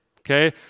Okay